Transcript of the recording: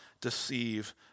deceive